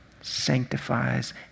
sanctifies